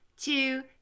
two